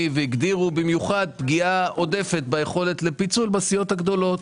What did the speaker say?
והגדירו במיוחד פגיעה עודפת ביכולת לפיצול בסיעות הגדולות.